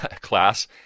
class